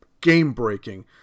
game-breaking